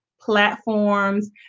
platforms